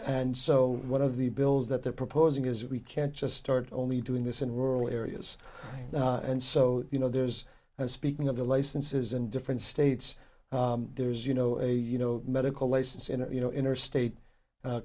and so one of the bills that they're proposing is we can't just start only doing this in rural areas and so you know there's and speaking of the licenses in different states there's you know a you know medical license in a you know interstate